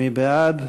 מי בעד?